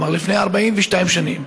כלומר, לפני 42 שנים.